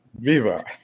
Viva